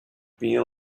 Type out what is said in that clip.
been